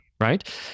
right